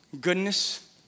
goodness